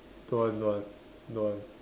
don't want don't want don't want